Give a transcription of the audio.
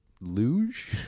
luge